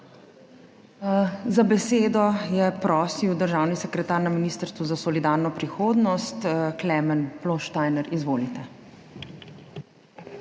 Za besedo je prosil državni sekretar na Ministrstvu za solidarno prihodnost, dr. Klemen Ploštajner. Izvolite.